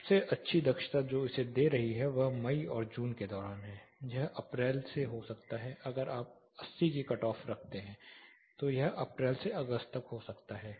सबसे अच्छी दक्षता जो इसे दे रही है वह मई और जून के दौरान है यह अप्रैल से हो सकता है अगर आप 80 की कट ऑफ रखते हैं तो यह अप्रैल से अगस्त तक हो सकता है